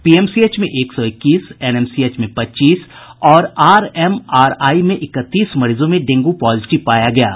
PMCH में एक सौ इक्कीस एनएमसीएच में पच्चीस और आर एम आर आई में इकतीस मरीजों में डेंगू पॉजिटीव पाया गया है